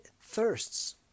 thirsts